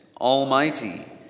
almighty